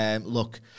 Look